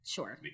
Sure